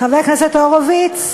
חבר כנסת הורוביץ,